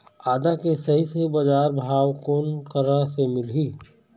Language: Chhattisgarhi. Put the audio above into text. आदा के सही सही बजार भाव कोन करा से मिलही?